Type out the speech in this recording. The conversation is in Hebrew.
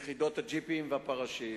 יחידות הג'יפים והפרשים,